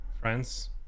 friends